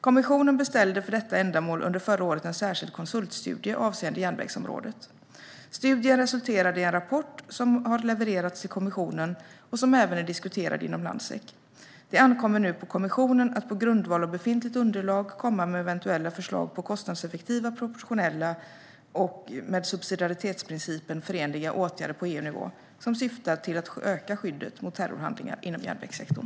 Kommissionen beställde för detta ändamål under förra året en särskild konsultstudie avseende järnvägsområdet. Studien resulterade i en rapport som har levererats till kommissionen och som även är diskuterad inom Landsec. Det ankommer nu på kommissionen att på grundval av befintligt underlag komma med eventuella förslag på kostnadseffektiva, proportionella och med subsidiaritetsprincipen förenliga åtgärder på EU-nivå som syftar till att öka skyddet mot terrorhandlingar inom järnvägssektorn.